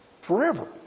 forever